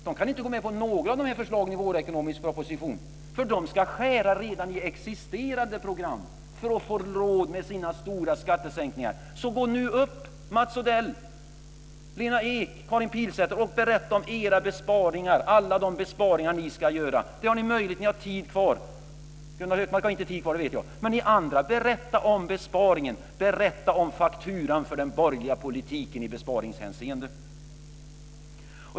De kan inte gå med på några av förslagen i vårens ekonomiska proposition, för de ska skära i redan existerande program för att få råd med sina stora skattesänkningar. Gå nu upp i talarstolen Mats Odell, Lena Ek och Karin Pilsäter och berätta om era besparingar, alla de besparingar ni ska göra. Det har ni möjlighet att göra, ni har tid kvar. Gunnar Hökmark har ingen tid kvar, det vet jag, men ni andra, berätta om besparingarna, berätta om fakturan för den borgerliga politiken i besparingshänseende.